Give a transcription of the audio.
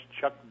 Chuck